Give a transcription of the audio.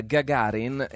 Gagarin